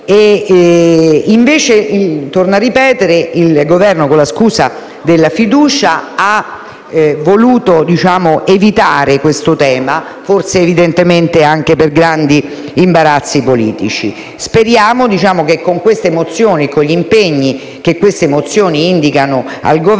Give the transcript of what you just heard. invece, come ho già detto, con la scusa della fiducia ha voluto evitare questo tema, evidentemente anche per grandi imbarazzi politici. Speriamo che con queste mozioni e con gli impegni che queste indicano al Governo